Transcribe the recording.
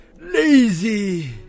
lazy